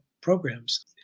programs